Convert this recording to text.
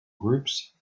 groups